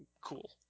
cool